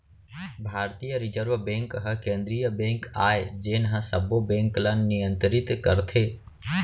भारतीय reserve bank ह केंद्रीय बेंक आय जेन ह सबो बेंक ल नियतरित करथे